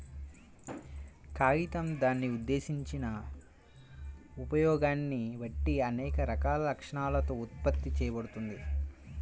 కాగితం దాని ఉద్దేశించిన ఉపయోగాన్ని బట్టి అనేక రకాల లక్షణాలతో ఉత్పత్తి చేయబడుతుంది